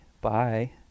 Bye